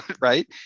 right